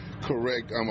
correct